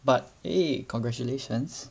but !hey! congratulations